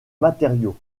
matériaux